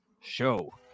show